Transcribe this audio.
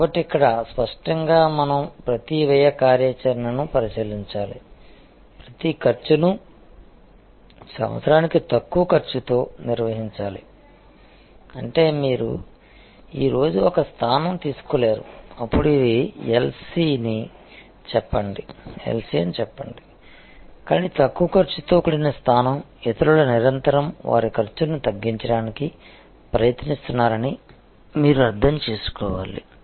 కాబట్టి ఇక్కడ స్పష్టంగా మనం ప్రతి వ్యయ కార్యాచరణను పరిశీలించాలి ప్రతి ఖర్చును సంవత్సరానికి తక్కువ ఖర్చుతో నిర్వహించాలి అంటే మీరు ఈ రోజు ఒక స్థానం తీసుకోలేరు అప్పుడు ఇది LC అని చెప్పండి కానీ తక్కువ ఖర్చుతో కూడిన స్థానం ఇతరులు నిరంతరం వారి ఖర్చును తగ్గించడానికి ప్రయత్నిస్తున్నారని మీరు అర్థం చేసుకోవాలి